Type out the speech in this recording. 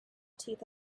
teeth